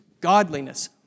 godliness